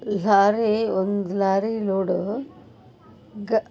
lorry ಒಂದು lorry load ಗ